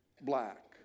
black